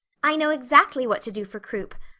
i know exactly what to do for croup.